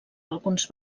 alguns